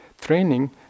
training